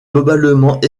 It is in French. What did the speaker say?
globalement